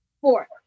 Four